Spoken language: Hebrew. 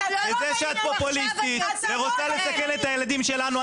וזה שאת פופוליסטית ורוצה לסכן את הילדים שלנו,